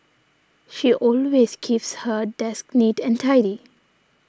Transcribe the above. she always keeps her desk neat and tidy